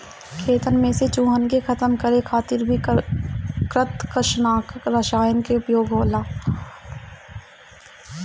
खेतन में से चूहन के खतम करे खातिर भी कृतंकनाशक रसायन के उपयोग होला